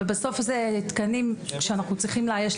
בסוף אלה תקנים שאנחנו צריכים לאייש.